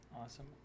Awesome